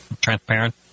transparent